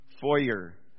foyer